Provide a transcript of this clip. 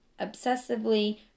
obsessively